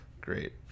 Great